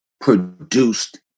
produced